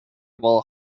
while